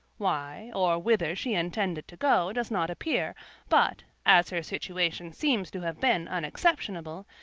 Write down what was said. why, or whither she intended to go, does not appear but, as her situation seems to have been unexceptionable,